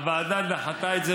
הוועדה דחתה את זה